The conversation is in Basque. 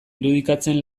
irudikatzen